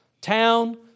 town